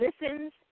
listens